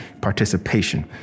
participation